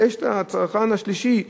ויש את הצרכן השלישי,